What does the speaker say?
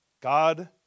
God